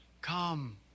Come